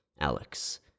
Alex